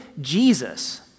Jesus